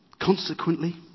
Consequently